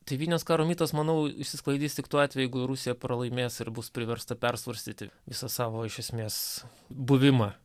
tėvynės karo mitas manau išsisklaidys tik tuo atveju jeigu rusija pralaimės ir bus priversta persvarstyti visą savo iš esmės buvimą